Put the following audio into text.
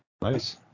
Nice